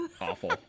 awful